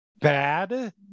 bad